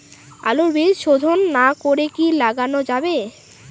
আলুর বীজ শোধন না করে কি লাগানো যাবে?